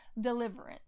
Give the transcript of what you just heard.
deliverance